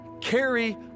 carry